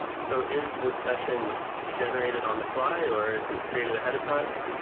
so is this session generated on the fly or is it created ahead of time?